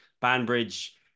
Banbridge